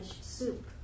soup